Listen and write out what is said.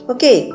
Okay